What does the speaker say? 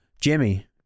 Jimmy